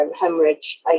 hemorrhage